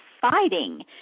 fighting